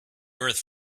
earth